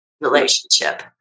relationship